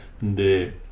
de